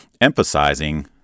emphasizing